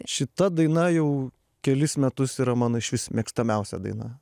šita daina jau kelis metus yra mano išvis mėgstamiausia daina